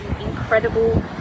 incredible